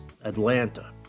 Atlanta